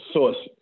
Source